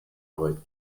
arbeit